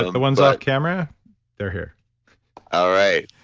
the ones off camera they're here all right,